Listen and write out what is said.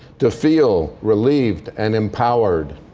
to feel, relieved and empowered.